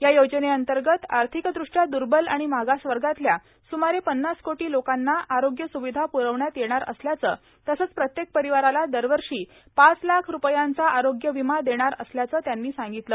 या योजनेअंतर्गत आर्थिकदृष्ट्या दुर्बल आणि मागासवर्गातल्या सुमारे पन्नास कोटी लोकांना आरोग्य सुविधा पुरवण्यात येणार असल्याचं तसंच प्रत्येक परिवाराला दरवर्षी पाच लाख रूपयांचा आरोग्य विमा देणाऱ असल्याचं त्यांनी सांगितलं